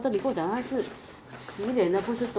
because I'm just lazy to go Watsons and buy